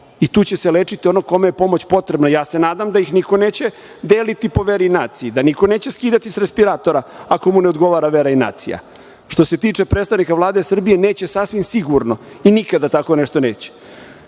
I tu će se lečiti onaj kome je pomoć potrebna. Ja se nadam da ih niko neće deliti po veri i naciji, da niko neće skidati sa respiratora ako mu ne odgovara vera i nacija. Što se tiče predstavnika Vlade Srbije, neće, sasvim sigurno. I nikada tako nešto